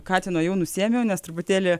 katino jau nusiėmiau nes truputėlį